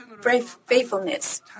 faithfulness